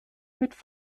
mit